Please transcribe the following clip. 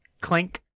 Clink